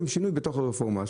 שעשו במקרה הזה.